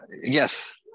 yes